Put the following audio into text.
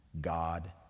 God